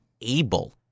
able